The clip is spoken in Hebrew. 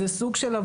שעות